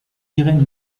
irene